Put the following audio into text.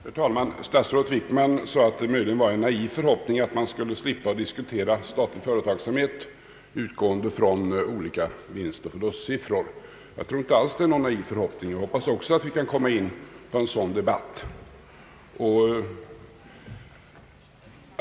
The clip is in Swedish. Herr talman! Statsrådet Wickman sade att det möjligen var en naiv förhoppning att slippa diskutera statlig företagsamhet utgående från = olika vinstoch förlustsiffror. Jag tror inte alls att det är någon naiv förhoppning, utan vi kan säkert komma in på en sådan debatt.